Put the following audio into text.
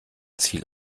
ziel